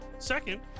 Second